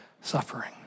suffering